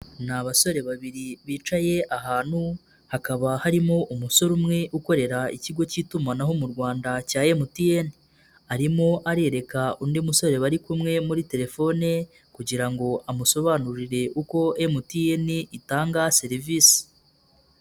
Ni abasore babiri bicaye ahantu hakaba harimo umusore umwe ukorera ikigo cy'itumanaho mu Rwanda cya MTN, arimo arereka undi musore bari kumwe muri telefone kugira ngo amusobanurire uko MTN itanga serivisi.